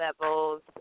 levels